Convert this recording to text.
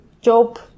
job